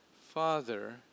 Father